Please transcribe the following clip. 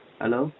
hello